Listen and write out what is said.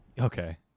Okay